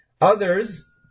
Others